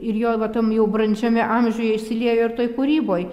ir jo va tam jau brandžiame amžiuje išsiliejo ir toj kūryboj